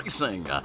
Racing